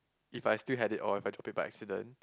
if I still had it or if I took it by accident